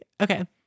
Okay